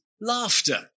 laughter